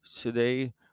Today